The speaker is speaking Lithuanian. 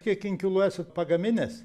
kiek inkilų esat pagaminęs